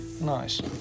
nice